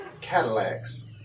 Cadillacs